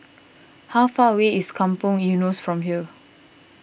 how far away is Kampong Eunos from here